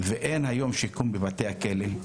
ואין היום שיקום בבתי הכלא.